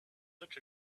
such